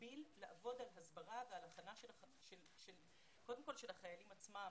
במקביל חשוב לעבוד על הסברה קודם כל של החיילים עצמם.